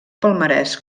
palmarès